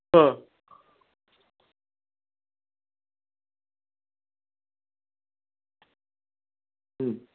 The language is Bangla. হ্যাঁ হুম